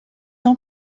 ans